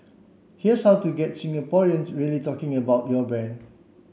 here's how to get Singaporeans really talking about your brand